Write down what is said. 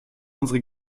unsere